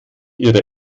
ihrer